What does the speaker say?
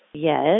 Yes